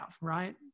right